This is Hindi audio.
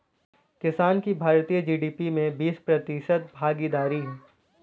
किसान की भारतीय जी.डी.पी में बीस प्रतिशत भागीदारी है